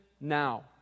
now